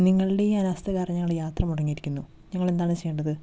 നിങ്ങളുടെ ഈ അനാസ്ഥ കാരണം ഞങ്ങളുടെ യാത്ര മുടങ്ങിയിരിക്കുന്നു ഞങ്ങൾ എന്താണ് ചെയ്യേണ്ടത്